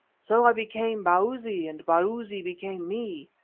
so i became bausi and bausi became me.